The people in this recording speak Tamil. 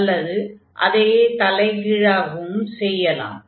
அல்லது அதையே தலைகீழாகவும் செய்யலாம்